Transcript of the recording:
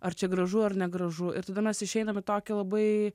ar čia gražu ar negražu ir tada mes išeinam į tokį labai